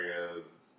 areas